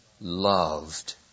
loved